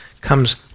comes